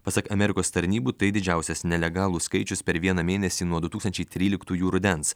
pasak amerikos tarnybų tai didžiausias nelegalų skaičius per vieną mėnesį nuo du tūkstančiai tryliktųjų rudens